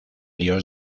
dios